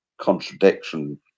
contradiction